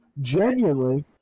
genuinely